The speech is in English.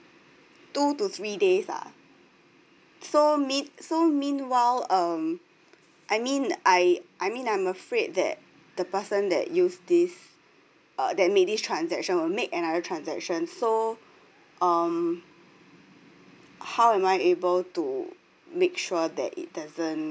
two to three days ah so mean so meanwhile um I mean I I mean I'm afraid that the person that use this uh that made this transaction will make another transaction so um how am I able to make sure that it doesn't